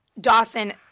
Dawson